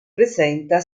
presenta